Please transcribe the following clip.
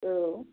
औ